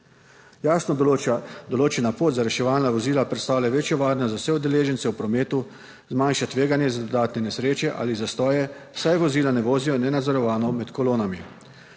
Jasno določena pot za reševalna vozila predstavlja večjo varnost za vse udeležence v prometu, zmanjša tveganje za dodatne nesreče ali zastoje, saj vozila ne vozijo nenadzorovano med kolonami.